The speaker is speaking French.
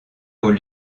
aux